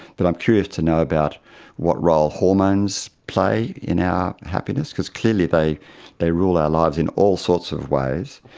but i'm curious to know about what role hormones play in our happiness, because clearly they they rule our lives in all sorts of ways,